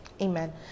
amen